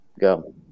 go